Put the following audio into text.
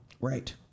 Right